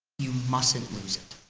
you mustn't lose it.